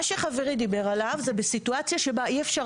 מה שחברי דיבר עליו זה בסיטואציה שבה אי-אפשר